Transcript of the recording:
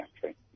country